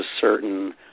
certain